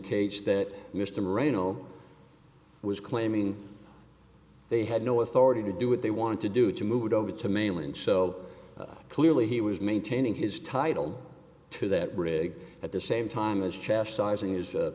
s that mr marino was claiming they had no authority to do what they wanted to do to move it over to mainland so clearly he was maintaining his title to that rig at the same time as chastising is